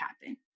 happen